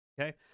okay